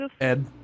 Ed